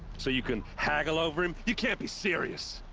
so you can. haggle over him? you can't be serious!